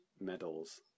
medals